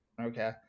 Okay